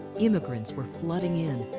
immigrants were flooding in.